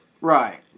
Right